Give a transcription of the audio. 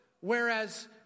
Whereas